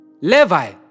Levi